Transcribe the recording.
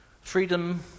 Freedom